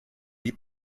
die